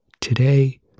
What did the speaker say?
Today